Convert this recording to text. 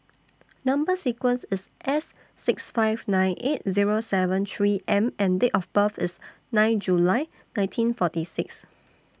Number sequence IS S six five nine eight Zero seven three M and Date of birth IS nine July nineteen forty six